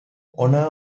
honor